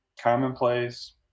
commonplace